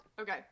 okay